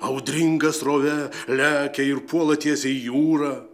audringa srove lekia ir puola tiesiai į jūrą